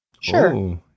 Sure